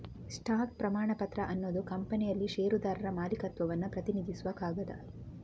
stock ಪ್ರಮಾಣಪತ್ರ ಅನ್ನುದು ಕಂಪನಿಯಲ್ಲಿ ಷೇರುದಾರರ ಮಾಲೀಕತ್ವವನ್ನ ಪ್ರತಿನಿಧಿಸುವ ಕಾಗದ